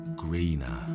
greener